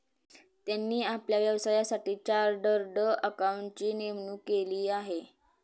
त्यांनी आपल्या व्यवसायासाठी चार्टर्ड अकाउंटंटची नेमणूक केली आहे